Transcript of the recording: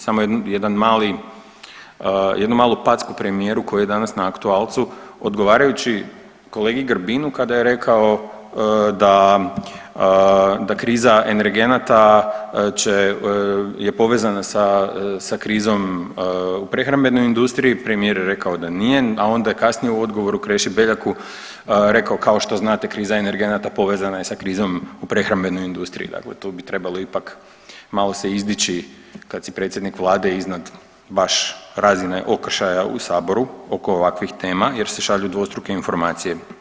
Samo jedan mali, jednu malu packu premijeru koji je danas na aktualcu odgovarajući kolegi Grbinu kada je rekao da, da kriza energenata će, je povezana sa, sa krizom u prehrambenoj industriji, premijer je rekao da nije, a onda je kasnije u odgovoru Kreši Beljaku rekao kao što znate kriza energenata povezana je sa krizom u prehrambenoj industriji, dakle tu bi trebalo ipak malo se izdići kad si predsjednik vlade iznad baš razine okršaja u saboru oko ovakvih tema jer se šalju dvostruke informacije.